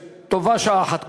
וטובה שעה אחת קודם.